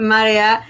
Maria